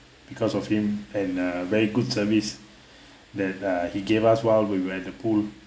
because of him and uh very good service that uh he gave us while we were at the pool